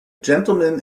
gentleman